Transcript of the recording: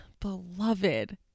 beloved